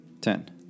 Ten